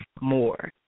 more